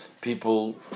people